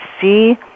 see